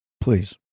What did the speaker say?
Please